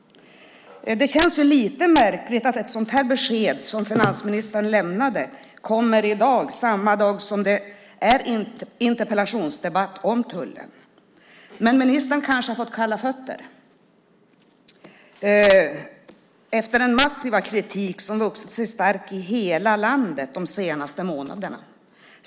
Det känns lite märkligt att ett sådant besked som finansministern lämnade kommer samma dag som det är interpellationsdebatt om tullen, men ministern kanske har fått kalla fötter efter den kritik som de senaste månaderna vuxit sig stark i hela landet.